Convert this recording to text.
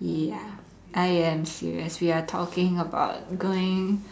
ya I am serious we are talking about going